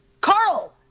Carl